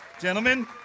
Gentlemen